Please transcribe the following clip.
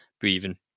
breathing